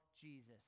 Jesus